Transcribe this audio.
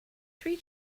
three